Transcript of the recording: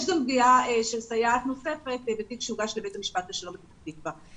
יש גם פגיעה של סייעת נוספת בתיק שהוגש לבית משפט השלום בפתח תקווה.